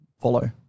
follow